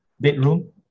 bedroom